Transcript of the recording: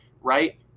right